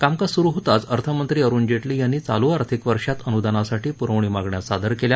कामकाज सुरु होताच अर्थमंत्री अरुण जेटली यांनी चालू आर्थिक वर्षात अनुदानासाठी पुरवणी मागण्या सादर केल्या